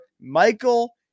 Michael